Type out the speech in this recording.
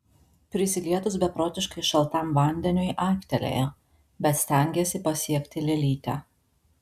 prisilietus beprotiškai šaltam vandeniui aiktelėjo bet stengėsi pasiekti lėlytę